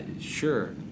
sure